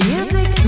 Music